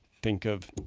think of